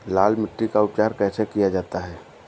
लाल मिट्टी का उपचार कैसे किया जाता है?